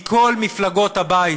מכל מפלגות הבית.